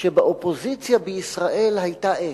שבאופוזיציה בישראל היתה אש,